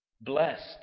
Blessed